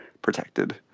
Protected